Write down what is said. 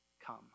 come